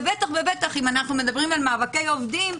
ובטח כשאנחנו מדברים על מאבקי עובדים,